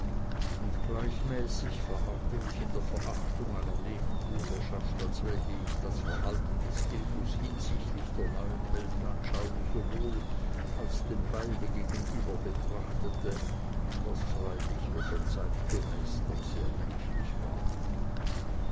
und gleichmäßig verharrte ich in der verachtung einer nebenbuhlerschaft als welche ich das verhalten des gilgus hinsichtlich der neuen weltanschauung sowohl als dem weibe gegenüber betrachtete was freilich weder zeitgemäß noch sehr menschlich war